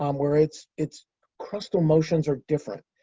um where its its crustal motions are different.